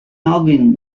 alvin